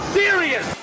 serious